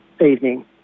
evening